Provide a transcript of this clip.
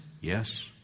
Yes